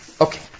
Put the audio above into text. Okay